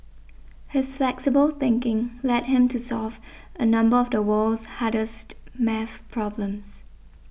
his flexible thinking led him to solve a number of the world's hardest math problems